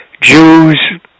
Jews